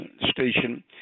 station